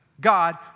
God